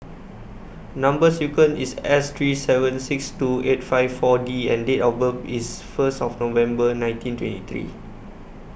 Number sequence IS S three seven six two eight five four D and Date of birth IS First November nineteen twenty three